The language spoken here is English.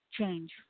Change